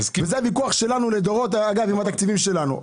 אגב, זה הוויכוח שלנו לדורות עם התקציבים שלנו.